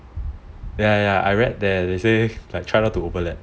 ya ya I read there they say like try not to overlap